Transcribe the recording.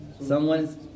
Someone's